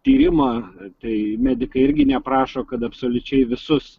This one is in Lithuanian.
tyrimą tai medikai irgi neprašo kad absoliučiai visus